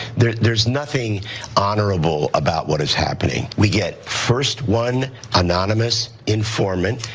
there's there's nothing honorable about what is happening. we get first one anonymous informant,